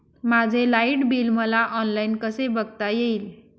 माझे light bill मला online कसे बघता येईल?